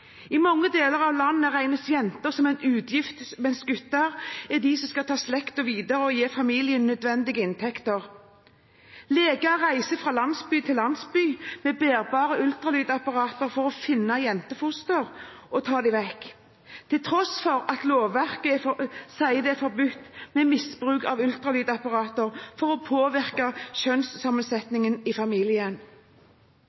I mange deler av landet regnes jenter som en utgift, mens gutter er de som skal ta slekten videre og gi familien nødvendige inntekter. Leger reiser fra landsby til landsby med bærbare ultralydapparater for å finne jentefostre og ta dem vekk, til tross for at lovverket sier at det er forbudt å bruke ultralydapparater for å påvirke